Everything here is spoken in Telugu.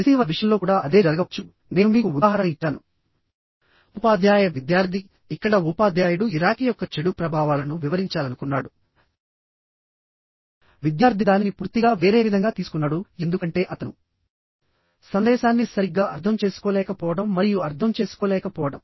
రిసీవర్ విషయంలో కూడా అదే జరగవచ్చునేను మీకు ఉదాహరణ ఇచ్చాను ఉపాధ్యాయ విద్యార్థి ఇక్కడ ఉపాధ్యాయుడు ఇరాక్ యొక్క చెడు ప్రభావాలను వివరించాలనుకున్నాడు ఇరాక్ యొక్క ప్రతికూల ప్రభావాలు మరియు విద్యార్థి దానిని పూర్తిగా వేరే విధంగా తీసుకున్నాడు ఎందుకంటే అతను సందేశాన్ని సరిగ్గా అర్థం చేసుకోలేకపోవడం మరియు అర్థం చేసుకోలేకపోవడం